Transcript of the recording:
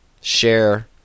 share